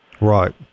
Right